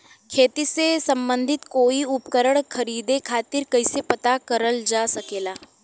खेती से सम्बन्धित कोई उपकरण खरीदे खातीर कइसे पता करल जा सकेला?